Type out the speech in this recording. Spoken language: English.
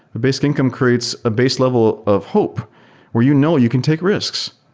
basic income creates a base level of hope where you know you can take risks.